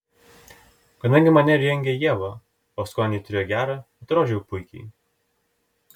kadangi mane rengė ieva o skonį ji turėjo gerą atrodžiau puikiai